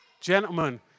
gentlemen